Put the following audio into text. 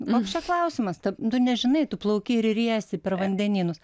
koks čia klausimas tu nežinai tu plauki ir iriesi per vandenynus